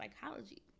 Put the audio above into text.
psychology